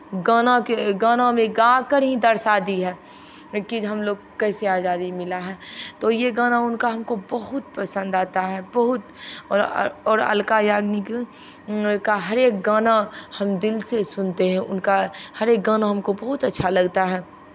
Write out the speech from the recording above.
गाना के गाना में गाकर ही दर्शाती है कि हमलोग कैसे आज़ादी मिला है तो ये गाना उनका हमको बहुत पसंद आता है बहुत और अलका याग्निक का हरेक गाना हम दिल से सुनते हैं उनका हरेक गाना हमको बहुत अच्छा लगता है